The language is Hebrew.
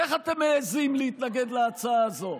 איך אתם מעיזים להתנגד להצעה הזו?